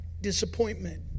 disappointment